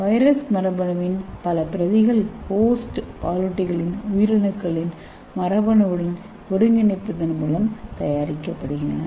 virus மரபணுவின் பல பிரதிகள் ஹோஸ்ட் பாலூட்டிகளின் உயிரணுக்களின் மரபணுவுடன் ஒருங்கிணைப்பதன் மூலம் தயாரிக்கப்படுகின்றன